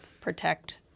protect